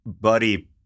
buddy